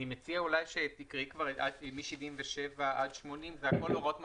אני מציע שתקראי מסעיף 77 עד סעיף 80. אלה הכול הוראות מעבר.